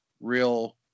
real